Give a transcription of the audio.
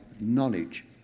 knowledge